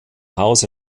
haus